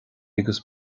agus